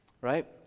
right